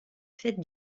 fêtes